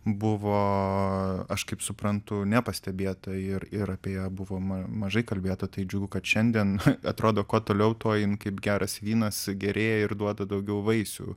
buvo aš kaip suprantu nepastebėta ir ir apie ją buvo mažai kalbėta tai džiugu kad šiandien atrodo kuo toliau tuo jin kaip geras vynas gerėja ir duoda daugiau vaisių